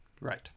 Right